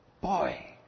Boy